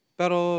pero